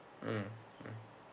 mm mm